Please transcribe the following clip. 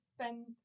spend